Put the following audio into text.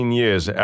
years